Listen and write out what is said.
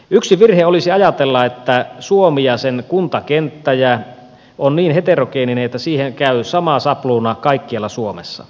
yksi virhe olisi ajatella että suomi ja sen kuntakenttä on niin heterogeeninen että siihen käy sama sapluuna kaikkialla suomessa